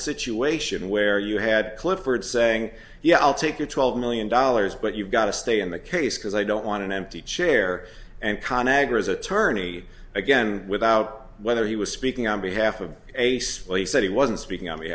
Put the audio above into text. situation where you had clifford saying yeah i'll take your twelve million dollars but you've got to stay in the case because i don't want an empty chair and con agra as attorney again with out whether he was speaking on behalf of a splay said he wasn't speaking on